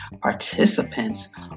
participants